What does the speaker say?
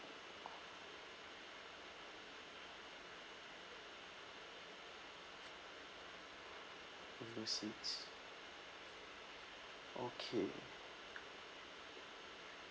window seats okay